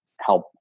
help